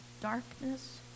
darkness